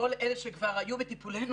כל אלה שכבר היו בטיפולנו,